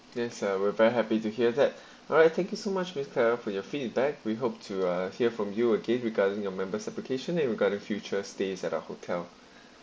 yes uh we were very happy to hear that alright thank you so much miss clara for your feedback we hope to uh hear from you again regarding your member's application and regards to your future stays at our hotel